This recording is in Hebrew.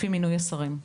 לפי מינוי השרים.